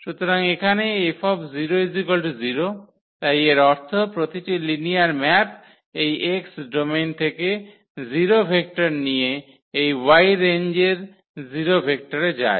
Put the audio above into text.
সুতরাং এখানে 𝐹 0 তাই এর অর্থ প্রতিটি লিনিয়ার ম্যাপ এই X ডোমেন থেকে 0 ভেক্টর নিয়ে এই Y রেঞ্জের 0 ভেক্টরে যায়